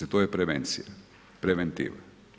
To je prevencija, preventiva.